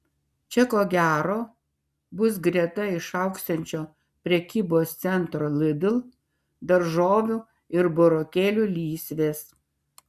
čia ko gero bus greta išaugsiančio prekybos centro lidl daržovių ir burokėlių lysvės